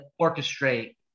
orchestrate